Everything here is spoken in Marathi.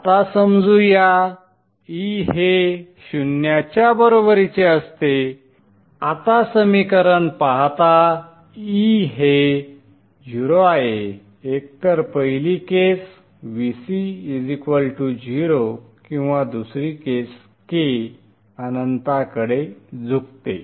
आता समजू या e हे शून्याच्या बरोबरीचे असते आता समीकरण पाहता e हे 0 आहे एकतर पहिली केस Vc 0 किंवा दुसरी केस k अनंताकडे झुकते